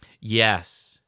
Yes